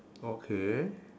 okay